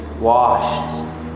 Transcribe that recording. washed